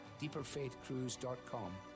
deeperfaithcruise.com